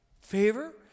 Favor